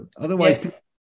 Otherwise